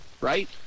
right